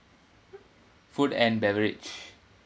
food and beverage